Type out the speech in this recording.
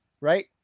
right